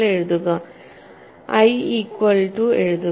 എഴുതുക I equal to എഴുതുക